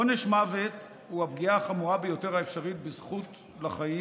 עונש מוות הוא הפגיעה החמורה ביותר האפשרית בזכות לחיים,